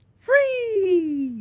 Free